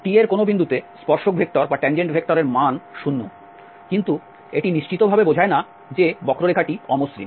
t এর কোনও বিন্দুতে স্পর্শক ভেক্টরের মান শূন্য কিন্তু এটি নিশ্চিতভাবে বোঝায় না যে বক্ররেখাটি অ মসৃণ